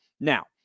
Now